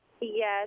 Yes